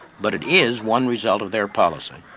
but it is one result of their policy.